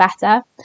better